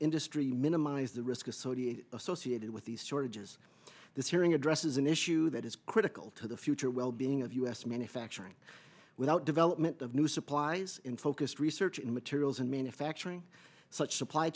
industry minimize the risk associated associated with these shortages this hearing addresses an issue that is critical to the future well being of u s manufacturing without development of new supplies in focused research in materials and manufacturing such supply